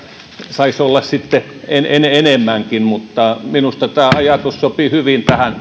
saisi olla sitten enemmänkin minusta tämä ajatus sopi hyvin tähän